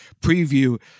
preview